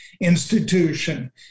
institution